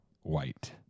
White